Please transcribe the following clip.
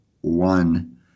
One